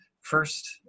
first